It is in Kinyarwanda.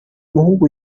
muhungu